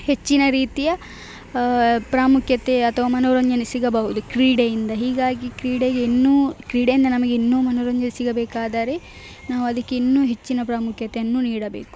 ಹೆಚ್ಚಿನ ರೀತಿಯ ಪ್ರಾಮುಖ್ಯತೆ ಅಥವಾ ಮನೋರಂಜನೆ ಸಿಗಬಹುದು ಕ್ರೀಡೆಯಿಂದ ಹೀಗಾಗಿ ಕ್ರೀಡೆಗೆ ಇನ್ನೂ ಕ್ರೀಡೆಯಿಂದ ನಮಗೆ ಇನ್ನೂ ಮನೋರಂಜನೆ ಸಿಗಬೇಕಾದರೆ ನಾವು ಅದಕ್ ಇನ್ನೂ ಹೆಚ್ಚಿನ ಪ್ರಾಮುಖ್ಯತೆಯನ್ನು ನೀಡಬೇಕು